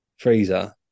freezer